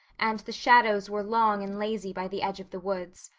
and the shadows were long and lazy by the edge of the woods.